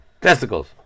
testicles